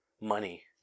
money